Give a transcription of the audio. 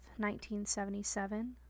1977